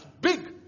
big